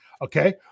Okay